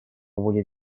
будет